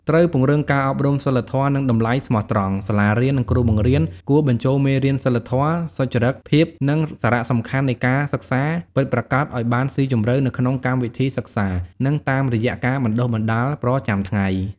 ត្រូវពង្រឹងការអប់រំសីលធម៌ និងតម្លៃស្មោះត្រង់ សាលារៀន និងគ្រូបង្រៀនគួរបញ្ចូលមេរៀនសីលធម៌ សុចរិតភាព និងសារៈសំខាន់នៃការសិក្សាពិតប្រាកដឱ្យបានស៊ីជម្រៅនៅក្នុងកម្មវិធីសិក្សា និងតាមរយៈការបណ្ដុះបណ្ដាលប្រចាំថ្ងៃ។